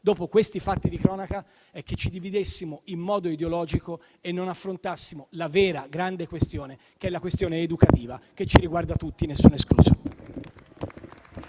dopo questi fatti di cronaca è dividerci in modo ideologico e non affrontare la vera grande questione, che è quella educativa, che ci riguarda tutti, nessuno escluso.